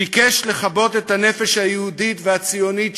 ביקש לכבות את הנפש היהודית והציונית